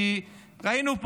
כי ראינו פה,